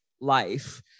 life